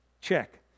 Check